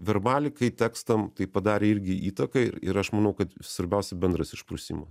verbalikai tekstam tai padarė irgi įtaką ir ir aš manau kad svarbiausia bendras išprusimas